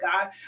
God